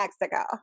Mexico